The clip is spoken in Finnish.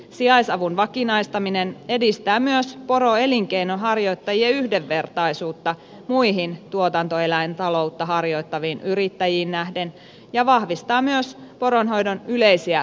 sijaisavun vakinaistaminen edistää myös poroelinkeinon harjoittajien yhdenvertaisuutta muihin tuotantoeläintaloutta harjoittaviin yrittäjiin nähden ja vahvistaa myös poronhoidon yleisiä toimintaedellytyksiä